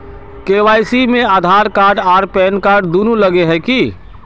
KYC में Aadhaar card आर pan card दुनू लगे है की?